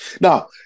Now